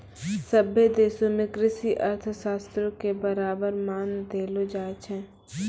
सभ्भे देशो मे कृषि अर्थशास्त्रो के बराबर मान देलो जाय छै